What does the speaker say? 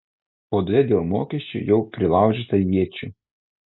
spaudoje dėl mokesčių jau prilaužyta iečių